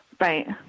Right